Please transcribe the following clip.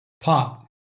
pop